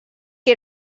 que